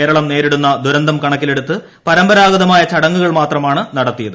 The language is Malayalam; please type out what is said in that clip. കേരളം നേരിടുന്ന ദുരന്തം കണക്കിലെടുത്ത് പരമ്പരാഗതമായ ചടങ്ങുകൾ മാത്രമാണ് നടത്തിയത്